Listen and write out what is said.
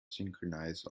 synchronize